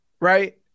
right